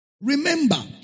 Remember